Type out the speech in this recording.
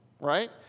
right